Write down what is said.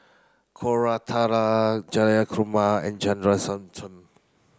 Koratala Jayakumar and